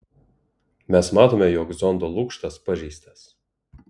mes matome jog zondo lukštas pažeistas